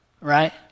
right